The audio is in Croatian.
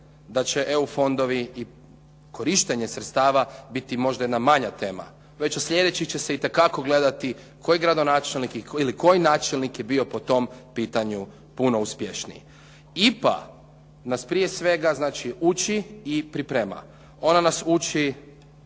da će EU fondovi i korištenje sredstava biti možda jedna manja tema. Već od sljedećih će se itekako gledati koji gradonačelnik ili koji načelnik je bio po tom pitanju puno uspješniji. IPA nas prije svega znači uči i priprema. Ona nas uči